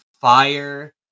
fire